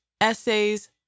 essays